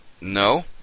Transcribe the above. No